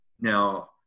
now